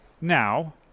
Now